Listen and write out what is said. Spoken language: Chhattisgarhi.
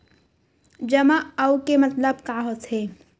जमा आऊ के मतलब का होथे?